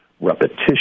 repetition